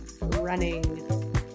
running